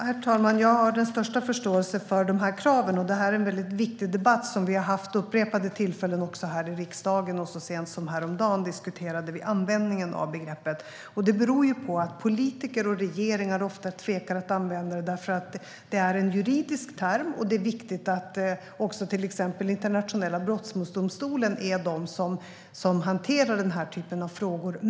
Herr talman! Jag har den största förståelse för dessa krav. Detta är en väldigt viktig debatt som vi har haft vid upprepade tillfällen också här i riksdagen. Så sent som häromdagen diskuterade vi användningen av begreppet. Politiker och regeringar tvekar ofta att använda det därför att det är en juridisk term. Det är viktigt att Internationella brottmålsdomstolen får hantera den här typen av frågor.